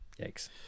Yikes